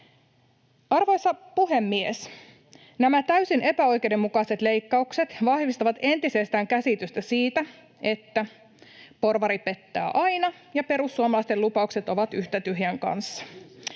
Arvoisa puhemies! Nämä täysin epäoikeudenmukaiset leikkaukset vahvistavat entisestään käsitystä siitä, että porvari pettää aina ja perussuomalaisten lupaukset ovat yhtä tyhjän kanssa.